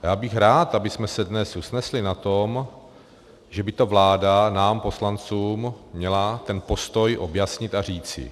Já bych rád, abychom se dnes usnesli na tom, že by ta vláda nám poslancům měla ten postoj objasnit a říci.